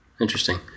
Interesting